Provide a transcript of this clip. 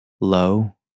low